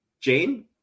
Jane